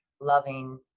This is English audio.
loving